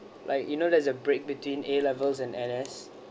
like you know there's a break between A levels and N_S